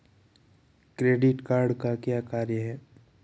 Credit card का क्या कार्य है?